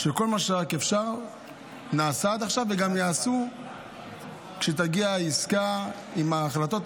שכל מה שרק אפשר נעשה עד עכשיו וגם ייעשה כשתגיע העסקה עם ההחלטות,